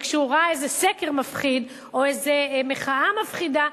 וכשהוא ראה איזה סקר מפחיד או איזו מחאה מפחידה,